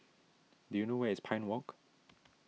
do you know where is Pine Walk